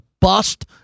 bust